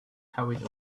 hurried